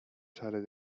teile